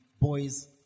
boys